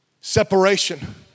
Separation